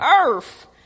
earth